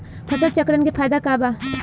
फसल चक्रण के फायदा का बा?